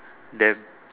then